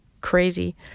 crazy